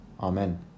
Amen